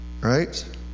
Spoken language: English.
Right